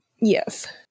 yes